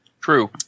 True